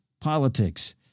politics